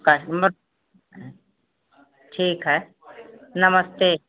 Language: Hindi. कस्टमर ठीक है नमस्ते